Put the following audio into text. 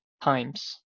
times